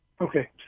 Okay